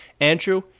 Andrew